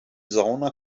sauna